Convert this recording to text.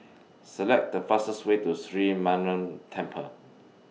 Select The fastest Way to Sri Mariamman Temple